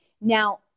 Now